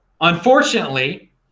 unfortunately